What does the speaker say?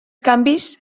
canvis